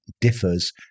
differs